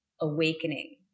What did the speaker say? awakening